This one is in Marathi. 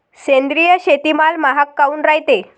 सेंद्रिय शेतीमाल महाग काऊन रायते?